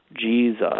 Jesus